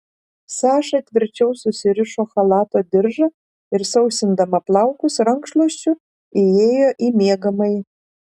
saša tvirčiau susirišo chalato diržą ir sausindama plaukus rankšluosčiu įėjo į miegamąjį